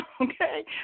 okay